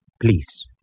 Please